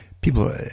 People